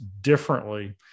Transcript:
differently